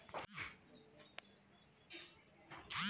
सुजरमुखी के तेल केस में लगावे खातिर ठीक रहेला एसे रुसी भी ना होला